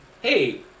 Hey